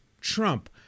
Trump